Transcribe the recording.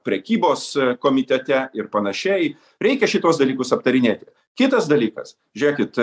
prekybos komitete ir panašiai reikia šituos dalykus aptarinėti kitas dalykas žiūrėkit